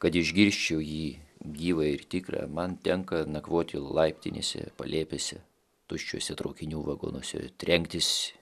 kad išgirsčiau jį gyvą ir tikrą man tenka nakvoti laiptinėse palėpėse tuščiuose traukinių vagonuose trenktis